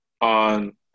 on